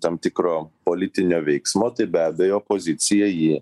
tam tikro politinio veiksmo tai be abejo opozicija jie